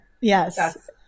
Yes